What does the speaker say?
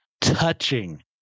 touching